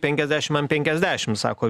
penkiasdešimt ant penkiasdešimt sako